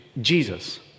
Jesus